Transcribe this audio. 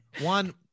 One